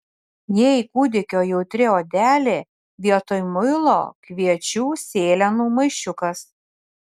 jei kūdikio jautri odelė vietoj muilo kviečių sėlenų maišiukas